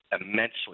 immensely